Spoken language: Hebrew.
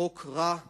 חוק רע לתפארת.